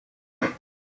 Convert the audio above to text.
vue